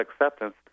acceptance